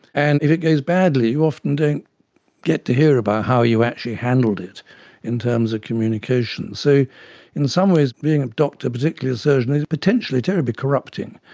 and if it goes badly you often don't get to hear about how you actually handled it in terms of communication. so in some ways being a doctor, particularly a surgeon, is potentially terribly corrupting,